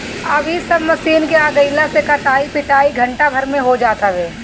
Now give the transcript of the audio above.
अब इ सब मशीन के आगइला से कटाई पिटाई घंटा भर में हो जात हवे